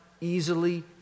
easily